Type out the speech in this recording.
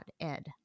Ed